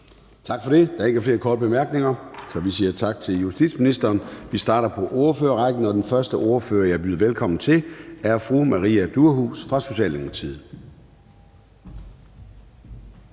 Tak for det. Der er ikke flere korte bemærkninger. Så vi siger tak til justitsministeren. Vi starter på ordførerrækken, og den første ordfører, jeg vil byde velkommen til, er fru Maria Durhuus fra Socialdemokratiet.